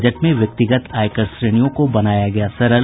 budget में व्यक्तिगत आयकर श्रेणियों को बनाया गया सरल